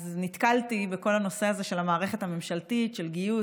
אז נתקלתי בכל הנושא הזה של המערכת הממשלתית של גיוס,